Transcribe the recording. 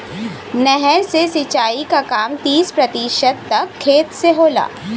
नहर से सिंचाई क काम तीस प्रतिशत तक खेत से होला